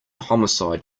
homicide